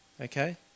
okay